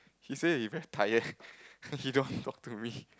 he say he very tired he don't talk to me